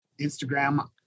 Instagram